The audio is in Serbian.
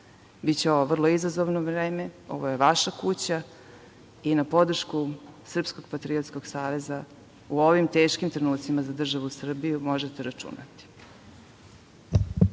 Biće ovo vrlo izazovno vreme. Ovo je vaša kuća i na podršku SPASA-a u ovim teškim trenucima za državu Srbiju, možete računati.